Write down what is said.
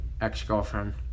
ex-girlfriend